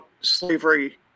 slavery